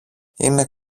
είναι